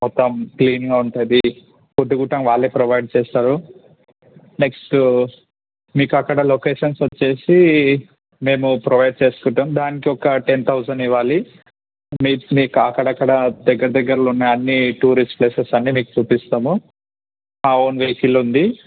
మొత్తం క్లీన్గా ఉంటుంది ఫుడ్ కూడా వాళ్ళే ప్రొవైడ్ చేస్తారు నెక్స్ట్ మీకు అక్కడ లొకేషన్స్ వచ్చి మేము ప్రొవైడ్ చేసుకుంటాం దానికి ఒక టెన్ థౌసండ్ ఇవ్వాలి మీ మీకు అక్కడక్కడ దగ్గర దగ్గరలో ఉన్నఅన్నీ టూరిస్ట్ ప్లేసెస్ అన్నీ మీకు చూపిస్తాము మా ఓన్ వెహికల్ ఉంది